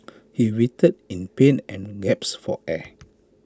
he writhed in pain and gasped for air